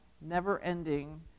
never-ending